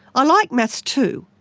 i like maths too,